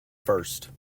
first